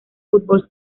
fútbol